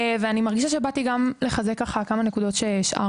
אני מרגישה שבאתי לחזק כמה נקודות ששאר